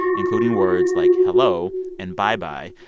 including words like hello and bye-bye,